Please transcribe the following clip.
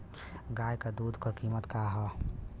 गाय क दूध क कीमत का हैं?